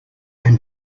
can